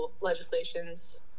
legislations